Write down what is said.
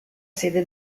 sede